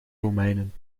romeinen